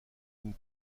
une